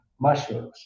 mushrooms